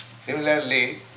Similarly